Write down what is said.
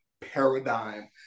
paradigm